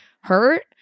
hurt